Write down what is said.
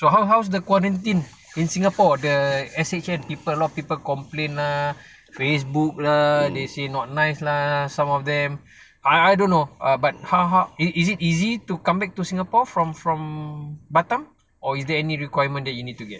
so how how is the quarantine in singapore the S_H_N people a lot people complain lah facebook lah they say not nice lah some of them I I I don't know but how how is it is it easy to come back to singapore from from batam or is there any requirement that you need to get